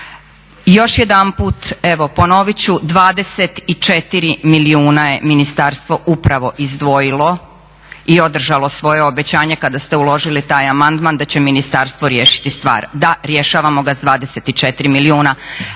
Još jedanput evo ponovit ću, 24 milijuna je ministarstvo upravo izdvojilo i održalo svoje obećanje kada ste uložili taj amandman da će ministarstvo riješiti stvar. Da, rješavamo ga sa 24 milijuna.